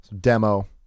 Demo